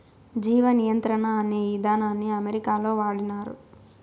జీవ నియంత్రణ అనే ఇదానాన్ని అమెరికాలో వాడినారు